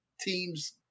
teams